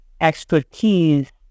expertise